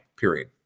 period